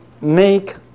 make